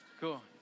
Cool